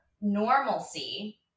normalcy